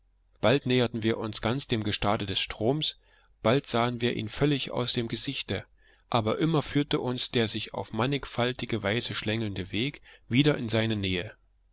bald näherten wir uns ganz dem gestade des stroms bald sahen wir ihn völlig aus dem gesichte aber immer führte uns der sich auf mannigfaltige weise schlängelnde weg wieder in seine nähe